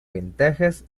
ventajas